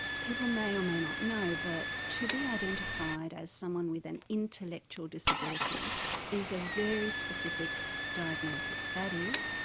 people may ah may not know, but to be identified as someone with an intellectual disability is a very specific diagnosis. that is.